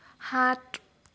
সাত